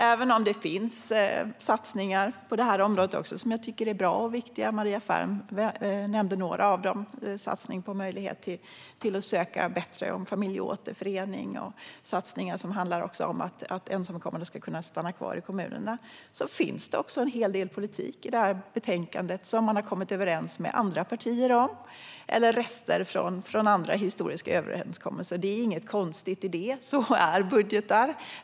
Även om det görs satsningar på området som jag tycker är bra och viktiga - Maria Ferm nämnde några av dem: satsningen på möjlighet att söka bättre familjeåterförening och på att ensamkommande ska kunna stanna kvar i kommunerna - finns det också en hel del i betänkandet som man har kommit överens med andra partier om. Det finns också rester från andra historiska överenskommelser. Det är inget konstigt med det, så är det med budgetar.